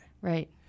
Right